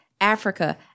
Africa